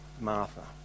Martha